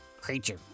creature